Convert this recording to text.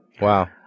Wow